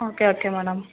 okay okay madam